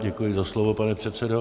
Děkuji za slovo, pane předsedo.